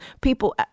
people